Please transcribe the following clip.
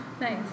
Nice